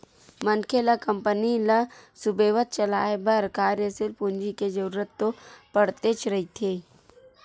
मनखे ल कंपनी ल सुबेवत चलाय बर कार्यसील पूंजी के जरुरत तो पड़तेच रहिथे